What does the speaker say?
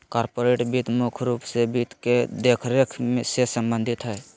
corporate वित्त मुख्य रूप से वित्त के देखरेख से सम्बन्धित हय